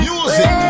Music